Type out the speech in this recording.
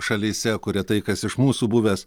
šalyse kur retai kas iš mūsų buvęs